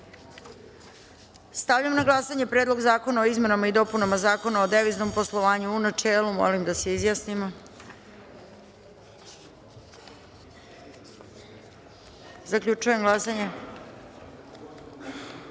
zakona. Stavljam na glasanje Predlog zakona o izmenama i dopunama Zakona o deviznom poslovanju, u načelu. Molim da se izjasnimo. Zaključujem glasanje: